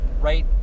Right